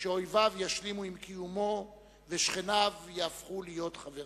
שאויביו ישלימו עם קיומו ושכניו יהפכו להיות חבריו.